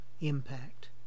impact